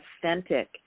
authentic